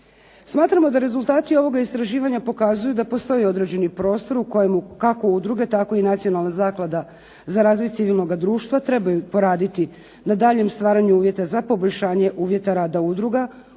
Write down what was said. Smatramo da rezultati ovoga istraživanja pokazuju da postoji određeni prostor u kojemu kako udruge tako i Nacionalna zaklada za razvoj civilnog društva trebaju poraditi na daljnjem stvaranju uvjeta za poboljšanje uvjeta rada udruga u